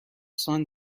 son